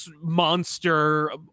Monster